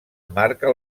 marca